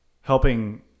helping